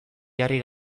jarri